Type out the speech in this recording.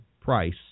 price